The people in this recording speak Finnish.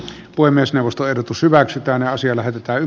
voi myös nousta ehdotus hyväksytään asia lähetetään